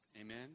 Amen